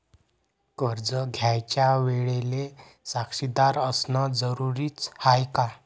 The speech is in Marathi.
कर्ज घ्यायच्या वेळेले साक्षीदार असनं जरुरीच हाय का?